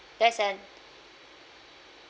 there's an